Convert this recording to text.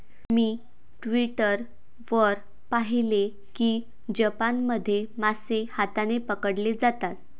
मी Twitter वर पाहिले की जपानमध्ये मासे हाताने पकडले जातात